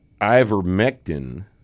ivermectin